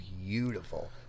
beautiful